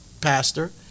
pastor